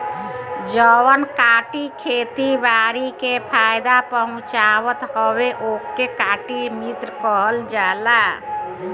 जवन कीट खेती बारी के फायदा पहुँचावत हवे ओके कीट मित्र कहल जाला